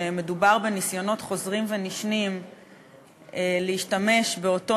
שמדובר בניסיונות חוזרים ונשנים להשתמש באותו